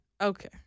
Okay